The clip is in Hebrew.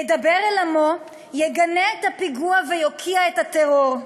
ידבר אל עמו, יגנה את הפיגוע ויוקיע את הטרור.